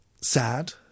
sad